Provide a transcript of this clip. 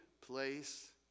place